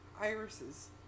irises